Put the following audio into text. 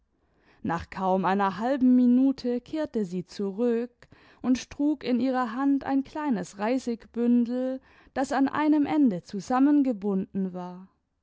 nach kaum einer halben minute kehrte sie zurück und trug in ihrer hand ein kleines reisigbündel das an einem ende zusammen gebunden war